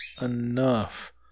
enough